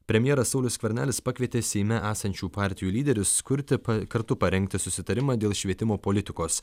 premjeras saulius skvernelis pakvietė seime esančių partijų lyderius kurti kartu parengti susitarimą dėl švietimo politikos